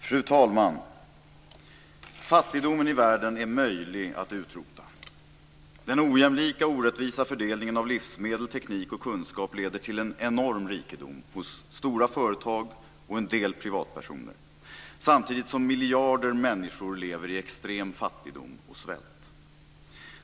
Fru talman! Fattigdomen i världen är möjlig att utrota. Den ojämlika och orättvisa fördelningen av livsmedel, teknik och kunskap leder till en enorm rikedom hos stora företag och en del privatpersoner, samtidigt som miljarder människor lever i extrem fattigdom och svält.